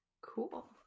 Cool